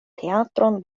teatron